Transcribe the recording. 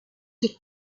est